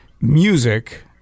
music